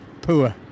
Poor